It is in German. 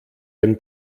den